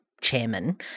chairman